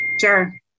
Sure